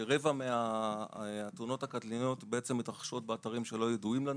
שרבע מהתאונות הקטלניות בעצם מתרחשות באתרים שאינם ידועים לנו,